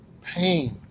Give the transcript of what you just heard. pain